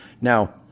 Now